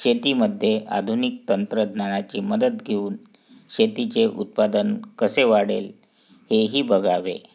शेतीमध्ये आधुनिक तंत्रज्ञानाची मदत घेऊन शेतीचे उत्पादन कसे वाढेल हे ही बघावे